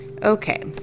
Okay